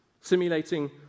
simulating